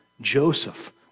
Joseph